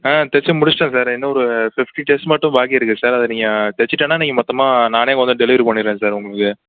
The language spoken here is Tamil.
ஆ தைச்சி முடிச்சிட்டேன் சார் இன்னும் ஒரு ஃபிஃப்டி டிரஸ் மட்டும் பாக்கி இருக்குது சார் அதை நீங்கள் தைச்சிட்டனா நீங்கள் மொத்தமாக நானே வந்து டெலிவரி பண்ணிறேன் சார் உங்களுக்கு